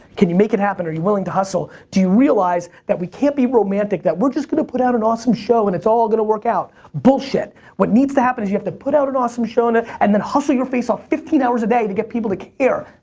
can you make it happen or are you willing to hustle? do you realize that we can't be romantic, that, we're just gonna put out an awesome show and it's all gonna work out. bullshit. what needs to happen is you have to put out an awesome show and and hustle your face off fifteen hours a day to get people to care.